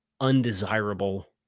undesirable